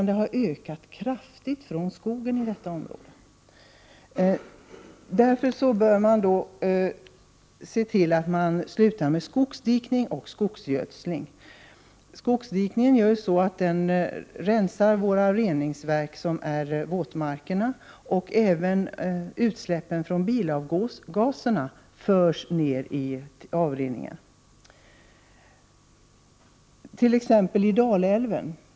Det har ökat kraftigt från skogen i detta område. Därför bör vi sluta med skogsdikning och skogsgödsling. Dikningen rensar våra | våtmarker som fungerar som reningsverk. Även utsläppen från bilarna förs ner i avrinningsvattnet. Ta som exempel Dalälven.